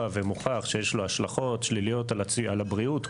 ומוכח שיש לו השלכות שליליות על הבריאות,